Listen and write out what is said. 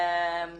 אוקיי.